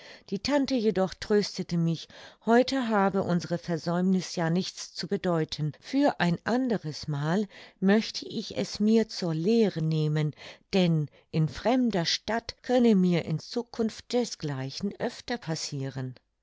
die tante jedoch tröstete mich heute habe unsere versäumniß ja nichts zu bedeuten für ein anderes mal möchte ich es mir zur lehre nehmen denn in fremder stadt könne mir in zukunft dergleichen öfter passiren